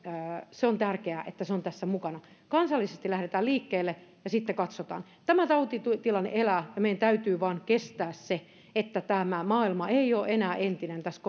ollen on tärkeää että se on tässä mukana kansallisesti lähdetään liikkeelle ja sitten katsotaan tämä tautitilanne elää ja meidän täytyy vain kestää se että tämä maailma ei ole enää entinen tässä